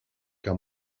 que